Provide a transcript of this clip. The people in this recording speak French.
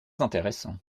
intéressant